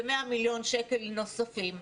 ב-100 מיליון שקלים נוספים.